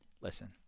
Listen